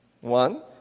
One